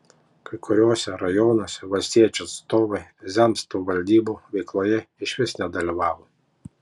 kai kuriuose rajonuose valstiečių atstovai zemstvų valdybų veikloje išvis nedalyvavo